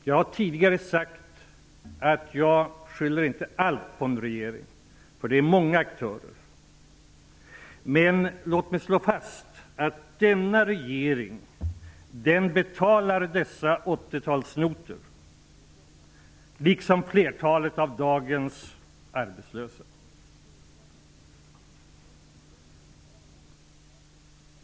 Jag har tidigare sagt att jag inte skyller allt på en regering -- det finns många aktörer. Men låt mig slå fast att den nuvarande regeringen, liksom flertalet av dagens arbetslösa, betalar dessa 80-talsnotor.